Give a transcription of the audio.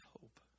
hope